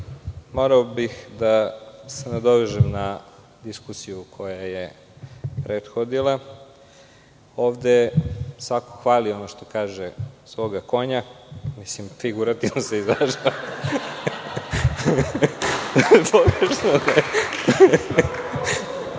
morao bih da se nadovežem na diskusiju koja je prethodila. Ovde svako hvali ono što se kaže – svoga konja. Mislim, figurativno se izražavam.